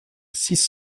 six